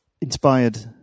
inspired